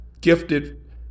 gifted